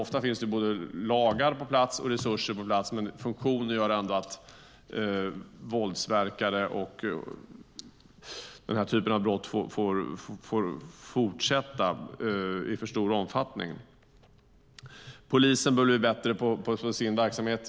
Ofta finns det både lagar och resurser på plats, men funktionsbristerna gör ändå att våldsverkare får fortsätta och den här typen av brott får fortgå i för stor omfattning. Polisen bör bli bättre på sin verksamhet.